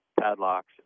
padlocks